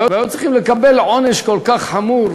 והיו צריכים לקבל עונש כל כך חמור,